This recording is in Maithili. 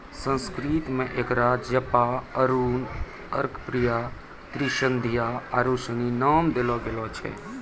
संस्कृत मे एकरा जपा अरुण अर्कप्रिया त्रिसंध्या आरु सनी नाम देलो गेल छै